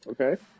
okay